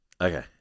okay